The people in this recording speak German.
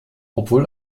obwohl